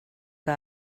que